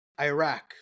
Iraq